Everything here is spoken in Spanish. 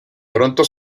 pronto